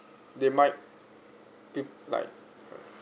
they might pe~ like